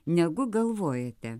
negu galvojate